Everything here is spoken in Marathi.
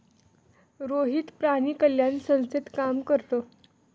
रोहित प्राणी कल्याण संस्थेत काम करतो